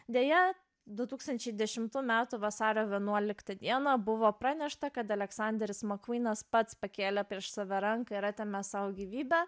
deja du tūkstančiai dešimtų metų vasario vienuoliktą dieną buvo pranešta kad aleksanderis makvynas pats pakėlė prieš save ranką ir atėmė sau gyvybę